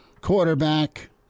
quarterback